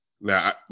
Now